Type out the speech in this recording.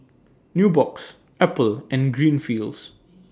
Nubox Apple and Greenfields